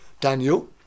Daniel